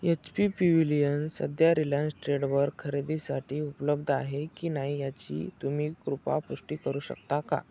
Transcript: H P Pavilion सध्या रिलायन्स ट्रेडवर खरेदीसाठी उपलब्ध आहे की नाही याची तुम्ही कृपा पुष्टी करू शकता का